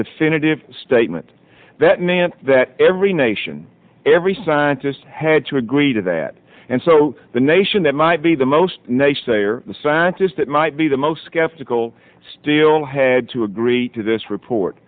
definitive statement that man that every nation every scientist had to agree to that and so the nation that might be the most naysayer scientists that might be the most skeptical still had to agree to this report